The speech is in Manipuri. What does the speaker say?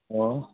ꯑꯣ